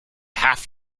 half